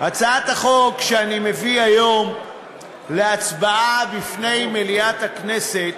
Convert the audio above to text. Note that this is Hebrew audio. הצעת החוק שאני מביא היום להצבעה בפני מליאת הכנסת,